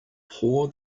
pour